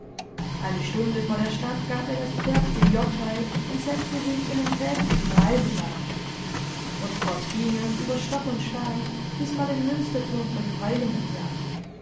eine stunde vor der stadt gab er das pferd dem jockei und setzte sich in den gräflichen reisewagen und fort ging es über stock und stein bis man den münsterturm von freilingen sah